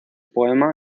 poema